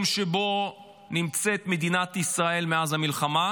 שבו נמצאת מדינת ישראל מאז המלחמה,